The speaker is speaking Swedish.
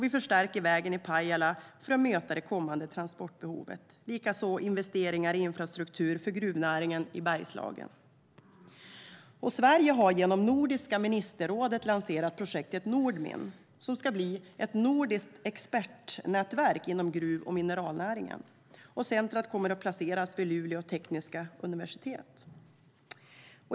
Vi förstärker vägen i Pajala för att möta det kommande transportbehovet. Det sker också investeringar i infrastruktur för gruvnäringen i Bergslagen. Sverige har genom Nordiska ministerrådet lanserat projektet Nordmin, som ska bli ett nordiskt expertnätverk inom gruv och mineralnäringen. Centret kommer att placeras vid Luleå tekniska universitet.